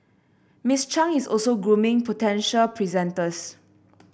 Miss Chang is also grooming potential presenters